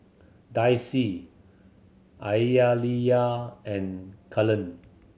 Dicy Aaliyah and Cullen